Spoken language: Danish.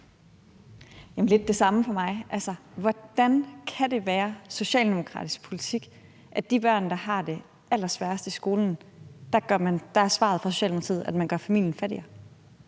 lidt det samme for mig. Hvordan kan det være socialdemokratisk politik, at til de børn, der har det allersværest i skolen, er svaret fra Socialdemokratiet, at man gør familien fattigere?